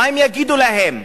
מה הם יגידו להם?